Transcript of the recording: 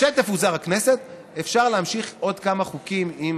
כשתפוזר הכנסת, אפשר להמשיך עוד כמה חוקים, אם